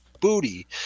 Booty